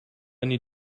need